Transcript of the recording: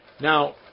Now